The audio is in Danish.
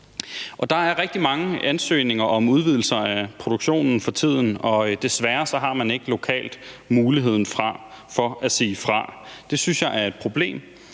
rigtig mange ansøgninger om udvidelser af produktionen for tiden, og desværre har man ikke lokalt muligheden for at sige fra. Det synes jeg er et problem,